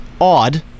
odd